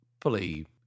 fully